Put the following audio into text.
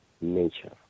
nature